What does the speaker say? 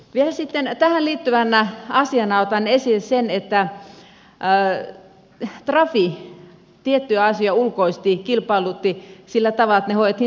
vielä sitten tähän liittyvänä asiana otan esille sen että trafi tiettyjä asioita ulkoisti kilpailutti sillä tavalla että ne hoidettiin sodankylästä